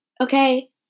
Okay